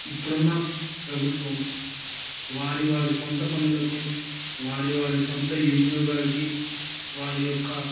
ఇప్పుడున్న ప్రభుత్వం వారి వారి సొంత పనులకు వారి వారి సొంత వినియోగాలకి వారి యొక్క